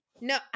No